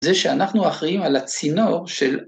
‫זה שאנחנו אחראיים על הצינור של...